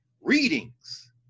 Readings